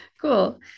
cool